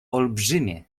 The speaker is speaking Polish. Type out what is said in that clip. olbrzymie